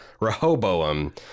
Rehoboam